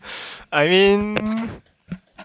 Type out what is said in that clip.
I mean